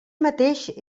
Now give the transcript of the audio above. mateix